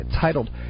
titled